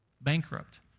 bankrupt